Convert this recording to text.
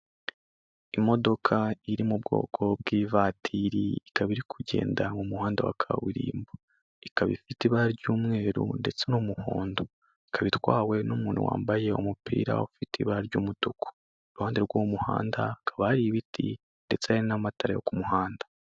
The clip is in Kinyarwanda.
Imodoka iri mu bwoko bw'ivatiri ikaba iri kugenda mu muhanda wa kaburimbo, ikaba ifite ibara ry'umweru ndetse n'umuhondo, ikaba itwawe n'umuntu wambaye umupira ufite ibara ry'umutuku. Iruhande rw'umuhanda hakaba hari ibiti ndetse n'amatara yo ku muhanda.